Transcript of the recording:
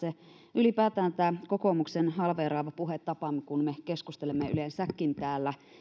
ylipäätään tämä kokoomuksen halveeraava puhetapa kun me keskustelemme yleensäkin täällä